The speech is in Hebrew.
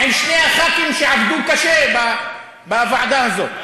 עם שני הח"כים שעבדו קשה בוועדה הזאת?